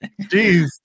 Jeez